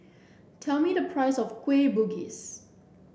tell me the price of Kueh Bugis